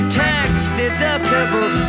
tax-deductible